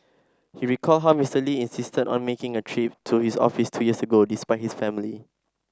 he recalled how Mister Lee insisted on making a trip to his office two years ago despite his family